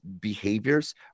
behaviors